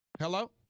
Hello